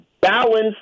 balance